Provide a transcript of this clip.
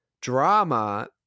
drama